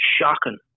shocking